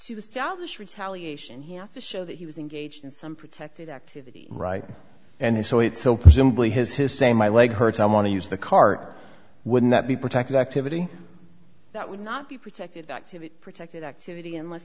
she was jobless retaliation he has to show that he was engaged in some protected activity right and he saw it so presumably his his saying my leg hurts i want to use the car wouldn't that be protected activity that would not be protected activity protected activity unless